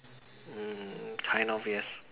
mm kind of yes